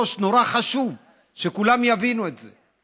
כבוד היושב-ראש, נורא חשוב שכולם יבינו את זה.